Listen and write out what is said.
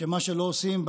שמה שלא עושים,